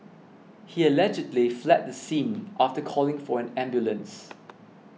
he allegedly fled the scene after calling for an ambulance